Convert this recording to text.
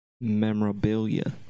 memorabilia